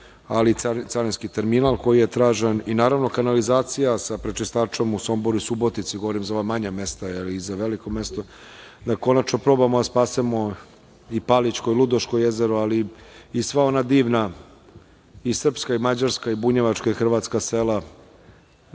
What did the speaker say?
ali i carinski terminal koji je tražen i, naravno, kanalizacija sa prečistačem u Somboru i Subotici. Govorim za ova menja mesta i veliko mesto, da konačno probamo da spasemo i Palićko i Ludoško jezero, ali i sva ona divna i srpska i mađarska i bunjevačka i hrvatska sela